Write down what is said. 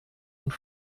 und